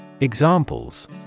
Examples